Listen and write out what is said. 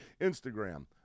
Instagram